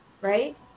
right